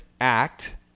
act